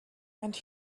and